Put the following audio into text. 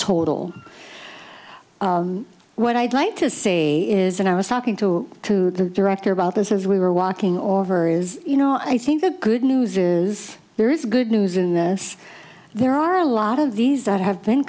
total what i'd like to say is and i was talking to to the director about this is we were walking or over is you know i think the good news is there is good news in the us there are a lot of these that have been